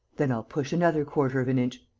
then i'll push another quarter of an inch.